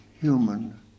human